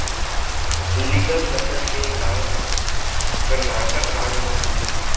हल्लीकर नसल के गाय ह करनाटक राज म मिलथे